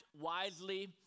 wisely